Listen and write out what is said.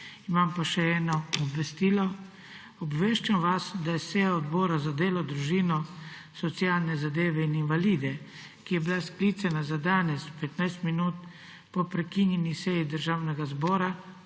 Imam pa še eno obvestilo. Obveščam vas, da je seja Odbora za delo, družino, socialne zadeve in invalide, ki je bila sklicana za danes 15 minut po prekinjeni seji Državnega zbora,